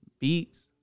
Beats